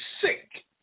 sick